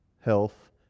health